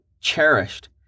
cherished